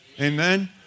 Amen